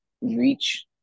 reach